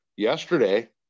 Yesterday